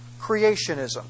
creationism